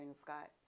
Scott